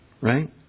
Right